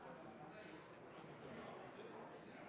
Det er